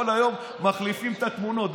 כל היום מחליפים את התמונות.